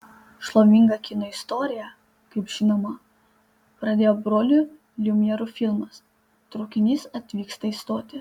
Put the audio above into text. šlovingą kino istoriją kaip žinoma pradėjo brolių liumjerų filmas traukinys atvyksta į stotį